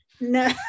No